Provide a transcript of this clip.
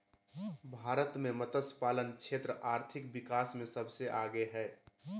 भारत मे मतस्यपालन क्षेत्र आर्थिक विकास मे सबसे आगे हइ